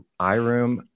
iRoom